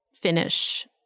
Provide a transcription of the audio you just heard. finish